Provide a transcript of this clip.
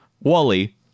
Wally